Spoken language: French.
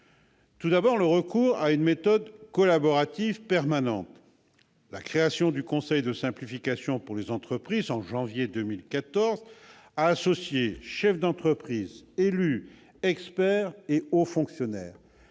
axe est le recours à une méthode collaborative permanente : la création du Conseil de simplification pour les entreprises en janvier 2014 a associé chefs d'entreprise, élus, experts et hauts fonctionnaires.